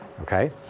okay